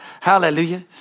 hallelujah